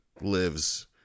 lives